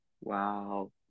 Wow